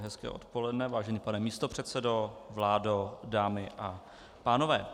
Hezké odpoledne, vážený pane místopředsedo, vládo, dámy a pánové.